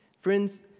Friends